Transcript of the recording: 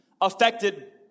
affected